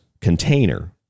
container